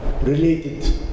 related